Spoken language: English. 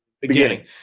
Beginning